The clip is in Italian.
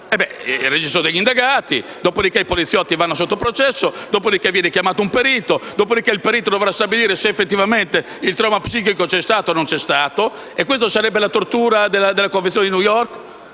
nel registro degli indagati, dopodiché andranno sotto processo e verrà chiamato un perito il quale dovrà stabilire se effettivamente il trauma psichico ci sia stato o no. E questa sarebbe la tortura della Convenzione di New York?